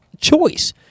choice